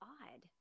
odd